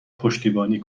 پشتیبانی